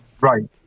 right